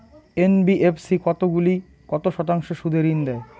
NBFC কতগুলি কত শতাংশ সুদে ঋন দেয়?